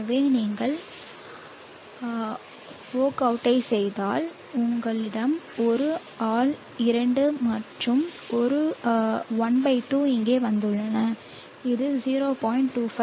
எனவே நீங்கள் வொர்க்அவுட்டை செய்தால் உங்களிடம் 1 ஆல் 2 மற்றும் 1 பை 2 இங்கே வந்துள்ளன இது 0